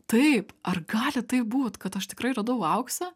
taip ar gali taip būt kad aš tikrai radau auksą